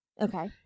Okay